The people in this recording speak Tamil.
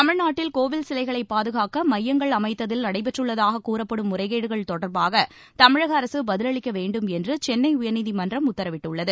தமிழ்நாட்டில் கோவில் சிலைகளை பாதுகாக்க மையங்கள் அமைத்ததில் நடைபெற்றுள்ளதாக கூறப்படும் முறைகேடுகள் தொடர்பாக தமிழக அரசு பதிலளிக்க வேண்டும் என்று சென்னை உயர்நீதிமன்றம் உத்தரவிட்டுள்ளது